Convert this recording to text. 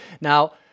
Now